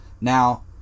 Now